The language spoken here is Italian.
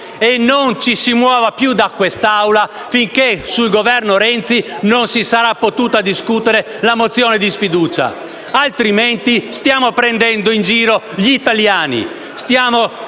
e non ci si muova più da quest'Aula finché sul Governo Renzi non si sarà potuta discutere la mozione di sfiducia, altrimenti stiamo prendendo in giro gli italiani,